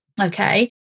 Okay